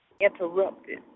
interrupted